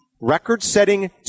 record-setting